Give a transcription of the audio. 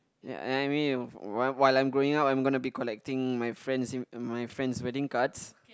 ya and mean while while I'm growing up I'm gonna be collecting my friend's in~ my friend's wedding cards